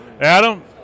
Adam